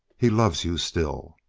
he loves you still!